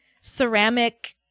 ceramic